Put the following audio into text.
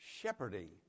shepherding